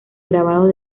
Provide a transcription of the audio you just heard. grabados